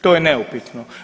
To je neupitno.